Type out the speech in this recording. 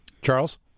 Charles